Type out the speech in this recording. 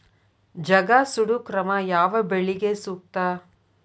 ಜಗಾ ಸುಡು ಕ್ರಮ ಯಾವ ಬೆಳಿಗೆ ಸೂಕ್ತ?